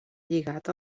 lligat